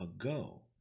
ago